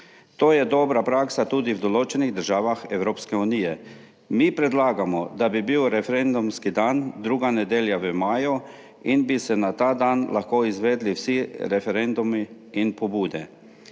To je dobra praksa tudi v določenih državah Evropske unije. Mi predlagamo, da bi bil referendumski dan druga nedelja v maju in bi se na ta dan lahko izvedli vsi referendumi in pobude.